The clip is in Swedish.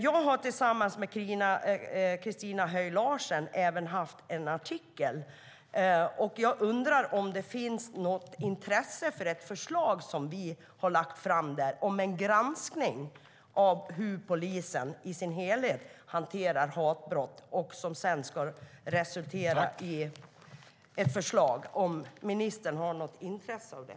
Jag har tillsammans med Christina Höj Larsen även haft en artikel. Jag undrar som det finns något intresse för ett förslag som vi har lagt fram där om en granskning av hur polisen i sin helhet hanterar hatbrott som sedan ska resultera i ett förslag. Jag undrar om ministern har något intresse av det.